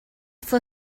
for